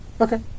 okay